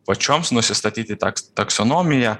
pačioms nusistatyti taks taksonomiją